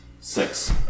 six